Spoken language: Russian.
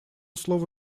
слово